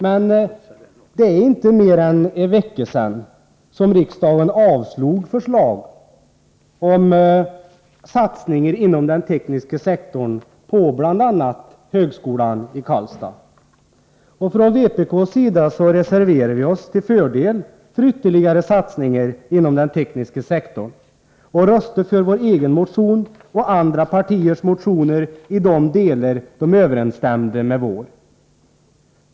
Men det är inte mer än en vecka sedan riksdagen avslog förslag om satsningar inom den tekniska sektorn på bl.a. högskolan i Karlstad. Från vpk:s sida reserverade vi oss till förmån för ytterligare satsningar inom den tekniska sektorn. Vi röstade på vår egen motion och på andra partiers motioner i de delar de överensstämde med vår.